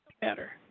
better